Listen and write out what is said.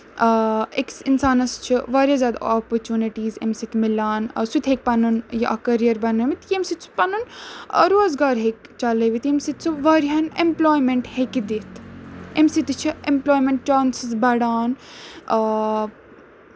آ أکِس اِنسانَس چھ واریاہ زیادٕ اوپرچونِٹیٖز اَمہِ سۭتۍ مِلان سُہ تہِ ہیٚکہِ پَنُن یہِ اکھ کٔریر بَنٲوِتھ ییٚمہِ سۭتۍ سُہ پَنُن روزگار ہیٚکہِ چلٲوِتھ ییٚمہِ سۭتۍ سُہ واریاہن ایٚمپٕلایمینٹ ہیٚکہِ دِتھ اَمہِ سۭتۍ تہِ چھ ایٚمپٕلایمینٹ چانسِز بَڑان آ